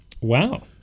Wow